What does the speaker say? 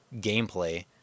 gameplay